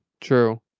true